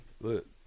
look